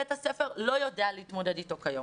בית הספר לא יודע להתמודד אתו כיום.